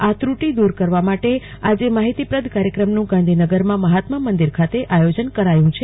આ ત્રટીઓ દર ક રવા માટે આજે માહિતીપ્રદ કાર્યક્રમન ગાંધીનગરમાં મહાત્મા મંદિર ખાતે આયોજન કરાયુ છે